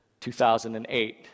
2008